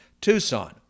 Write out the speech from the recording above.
Tucson